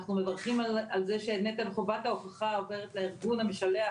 אנחנו מברכים על זה שנטל חובת ההוכחה עוברת לארגון המשלח,